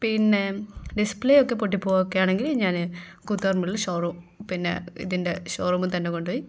പിന്നെ ഡിസ്പ്ലേ ഒക്കെ പൊട്ടി പോവുകയൊക്കെയാണെങ്കിൽ ഞാൻ കൂത്തുപറമ്പിലെ ഷോറൂം പിന്നെ ഇതിൻ്റെ ഷോറൂമിൽ തന്നെ കൊണ്ടുപോയി